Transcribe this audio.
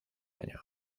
año